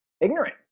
ignorant